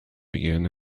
begin